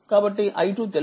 కాబట్టిi2 తెలుసు